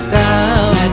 down